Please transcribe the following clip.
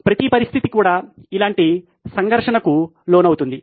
ప్రతి పరిస్థితి కూడా అలాంటి సంఘర్షణకు లోనవుతుంది